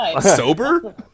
Sober